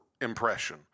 impression